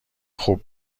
خوب